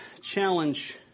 challenge